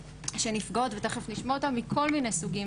חשוב לנו שבעצם תהיה פה איזו שהיא הכרה,